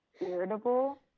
irritable